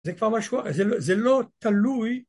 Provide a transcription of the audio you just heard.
זה כבר משהו, זה לא תלוי